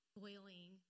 boiling